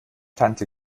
tante